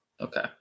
Okay